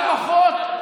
לא פחות,